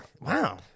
Wow